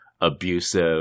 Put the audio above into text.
abusive